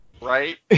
right